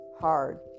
hard